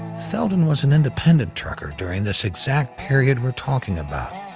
theldon was an independent trucker during this exact period we're talking about.